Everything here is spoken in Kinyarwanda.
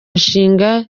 nshinga